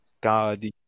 God